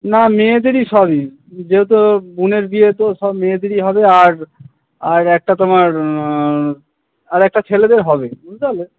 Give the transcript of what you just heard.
না মেয়েদেরই সবই যেহেতু বোনের বিয়ে তো সব মেয়েদেরই হবে আর আর একটা তোমার আর একটা ছেলেদের হবে বুঝতে পারলে